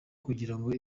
kugirango